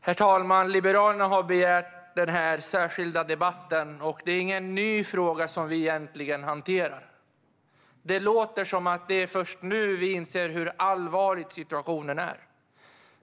Herr talman! Liberalerna har begärt denna särskilda debatt. Det är egentligen ingen ny fråga som vi nu hanterar. Det låter som om det är först nu som vi inser hur allvarlig situationen är.